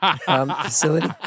facility